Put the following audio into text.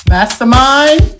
Mastermind